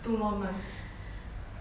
two more months